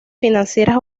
financieras